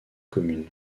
communes